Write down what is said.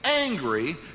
Angry